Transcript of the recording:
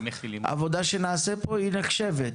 עבודה שנעשית פה, נחשבת,